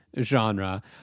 genre